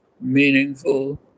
meaningful